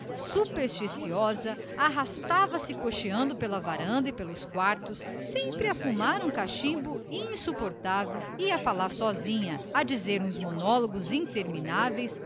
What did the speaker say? supersticiosa arrastando-se a coxear pela varanda e pelos quartos desertos fumando um cachimbo insuportável e sempre a falar sozinha a mastigar monólogos intermináveis